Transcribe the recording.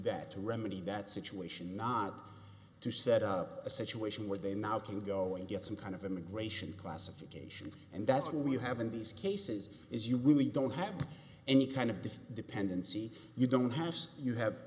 that to remedy that situation not to set up a situation where they now can go and get some kind of immigration classification and that's what we have in these cases is you really don't have any kind of dependency you don't have you have